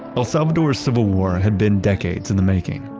el salvador's civil war had been decades in the making.